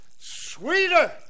sweeter